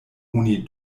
oni